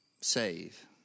save